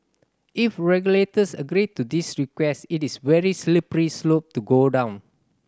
if regulators agree to this request it is very slippery slope to go down